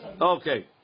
Okay